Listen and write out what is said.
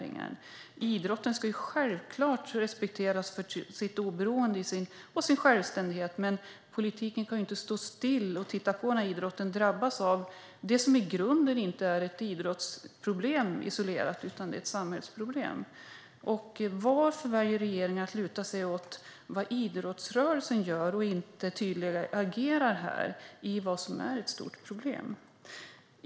Idrotten ska självklart respekteras för sitt oberoende och sin självständighet, men politiken kan inte stå still och titta på när idrotten drabbas av det som i grunden inte är ett isolerat idrottsproblem utan ett samhällsproblem. Varför väljer regeringen att luta sig mot vad idrottsrörelsen gör och att inte agera tydligare i vad som är ett stort problem?